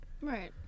Right